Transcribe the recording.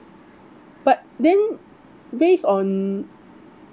but then based on